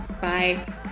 Bye